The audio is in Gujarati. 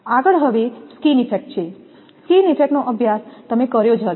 આગળ હવે સ્કીન ઇફેક્ટ છે સ્કીન ઇફેક્ટ નો અભ્યાસ તમે કર્યો જ હશે